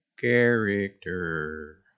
character